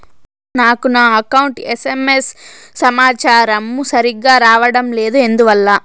నాకు నా account SMS సమాచారము సరిగ్గా రావడం లేదు ఎందువల్ల?